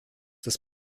das